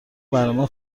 برنامه